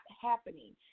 happening